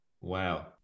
Wow